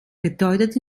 bedeutet